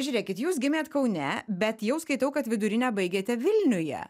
žiūrėkit jūs gimėt kaune bet jau skaitau kad vidurinę baigėte vilniuje